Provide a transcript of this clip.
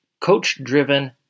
Coach-driven